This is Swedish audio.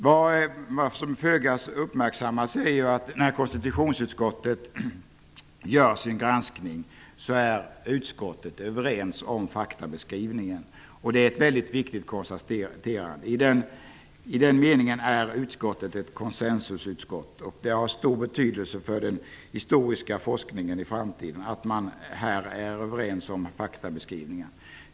Vad som föga uppmärksammas är att konstitutionsutskottet i sin granskning är överens om faktabeskrivningen. Det är ett mycket viktigt konstaterande. I den meningen är utskottet ett konsensusutskott. Det har stor betydelse för den historiska forskningen i framtiden, att man här är överens om faktabeskrivningen.